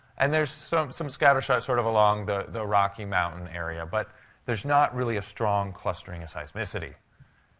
and there's so some scattershot sort of along the the rocky mountain area. but there's not really a strong clustering of seismicity.